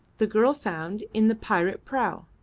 the girl found in the pirate prau,